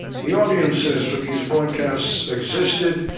the audiences for these broadcasts existed,